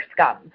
scum